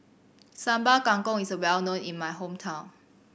Sambal Kangkong is well known in my hometown